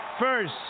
first